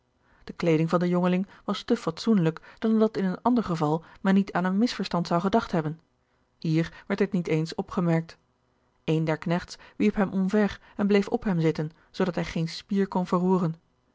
de kleeding van den jongeling was te fatsoenlijk dan dat in een ander geval men niet aan een misverstand zou gedacht hebben hier werd dit niet eens opgemerkt een der knechts wierp hem omver en bleef op hem zitten zoodat hij geen spier kon verroeren